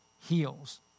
heals